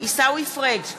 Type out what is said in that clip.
עיסאווי פריג'